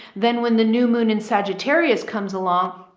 then when the new moon in sagittarius comes along,